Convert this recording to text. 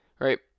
right